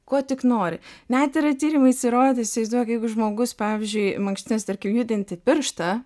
kuo tik nori net yra tyrimais įrodyta įsivaizduok jeigu žmogus pavyzdžiui mankštinas judinti pirštą